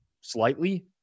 Slightly